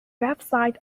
website